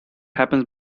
happens